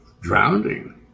drowning